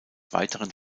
weiteren